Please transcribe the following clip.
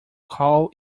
call